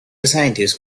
scientists